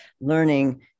learning